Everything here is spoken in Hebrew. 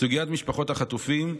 סוגיית משפחות החטופים,